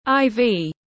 IV